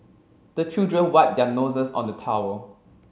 the children wipe their noses on the towel